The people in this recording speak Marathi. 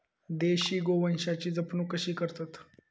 देशी गोवंशाची जपणूक कशी करतत?